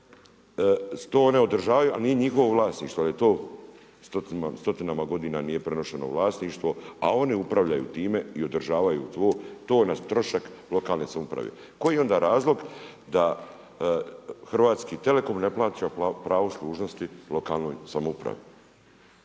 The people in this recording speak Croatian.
to one održavaju, a nije njihovo vlasništvo, stotinama godinama nije prenošeno vlasništvo, a one upravljaju time i održavaju to na trošak lokalne samouprave. Koji je onda razlog da HT ne plaća pravo služnosti lokalnoj samoupravi?